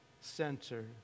center